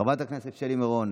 חברת הכנסת שלי מירון,